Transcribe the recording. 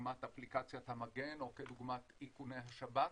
כדוגמת אפליקציית המגן או כדוגמת איכוני השב"כ,